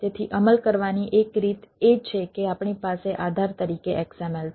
તેથી અમલ કરવાની એક રીત એ છે કે આપણી પાસે આધાર તરીકે XML છે